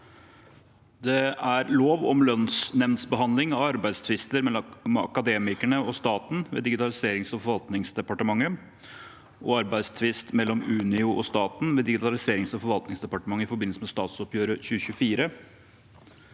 (392) Lov om lønnsnemndbehandling av arbeidstvisten mellom Akademikerne og staten v/Digitaliserings- og forvaltningsdepartementet og arbeidstvisten mellom Unio og staten v/Digitaliserings- og forvaltningsdepartementet i forbindelse med Statsoppgjøret 2024